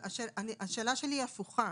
אבל השאלה שלי היא הפוכה.